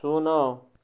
ଶୂନ